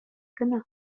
кӑна